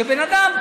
שבן אדם,